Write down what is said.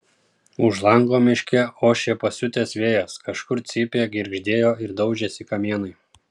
už lango miške ošė pasiutęs vėjas kažkur cypė girgždėjo ir daužėsi kamienai